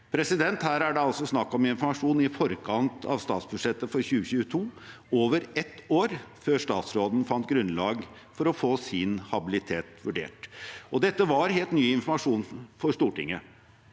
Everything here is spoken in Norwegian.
samarbeid. Her er det altså snakk om informasjon i forkant av statsbudsjettet for 2022, over ett år før statsråden fant grunnlag for å få sin habilitet vurdert. Dette var helt ny informasjon for Stortinget,